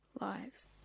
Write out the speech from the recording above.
lives